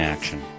Action